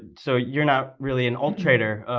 so you're not really an alt-trader.